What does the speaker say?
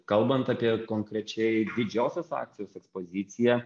kalbant apie konkrečiai didžiausios akcijos ekspoziciją